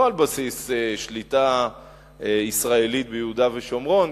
לא על בסיס שליטה ישראלית ביהודה ושומרון,